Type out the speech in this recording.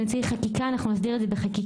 ואם צריך חקיקה אנחנו נסדיר את זה בחקיקה.